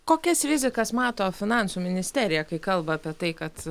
kokias rizikas mato finansų ministerija kai kalba apie tai kad